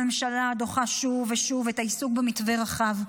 הממשלה דוחה שוב ושוב את העיסוק במתווה רחב,